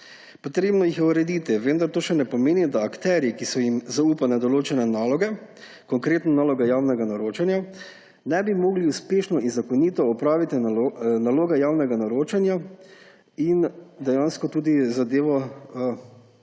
Potrebno jih je urediti, vendar to še ne pomeni, da akterji, ki so jim zaupane določene naloge, konkretno naloge javnega naročanja, ne bi mogli uspešno in zakonito opraviti naloge javnega naročanja in dejansko tudi zadev po